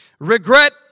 Regret